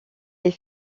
est